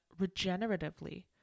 regeneratively